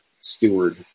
steward